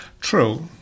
True